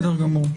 נכון.